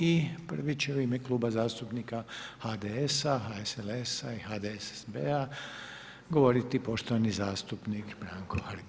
I prvi će u ime Kluba zastupnika HDS-a, HSLS-a i HDSSB-a govoriti poštovani zastupnik Branko Hrg.